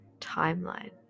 timeline